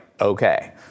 okay